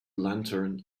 lantern